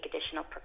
additional